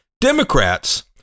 Democrats